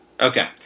Okay